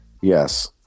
yes